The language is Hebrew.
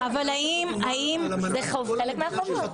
זה חלק מהחובות.